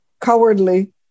cowardly